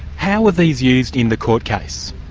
how were these used in the court case?